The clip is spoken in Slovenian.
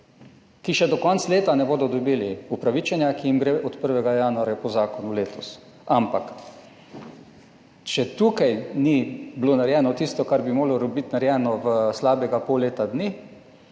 ki še do konca leta ne bodo dobili upravičenja ki jim gre od 1. januarja po zakonu letos. Ampak če tukaj ni bilo narejeno tisto, kar bi moralo biti narejeno v slabega pol leta dni,